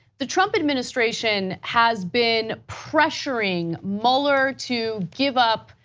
the trump administration has been pressuring mueller to give up,